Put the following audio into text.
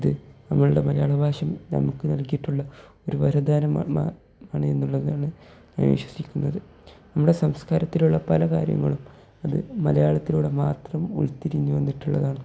അത് നമ്മളുടെ മലയാള ഭാഷയും നമുക്ക് നൽകിയിട്ടുള്ള ഒരു വരദാനമാ മാണെന്നുള്ളതാണ് ഞാൻ വിശ്വസിക്കുന്നത് നമ്മുടെ സംസ്കാരത്തിലുള്ള പല കാര്യങ്ങളും അത് മലയാളത്തിലൂടെ മാത്രം ഉൾത്തിരിഞ്ഞു വന്നിട്ടുള്ളതാണ്